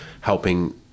helping